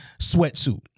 sweatsuit